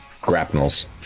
grapnels